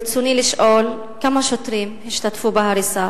רצוני לשאול: 1. כמה שוטרים השתתפו בהריסה?